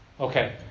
Okay